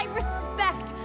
respect